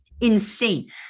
insane